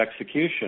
execution